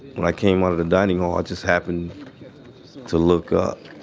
when i came out of the dining hall, just happened to look up.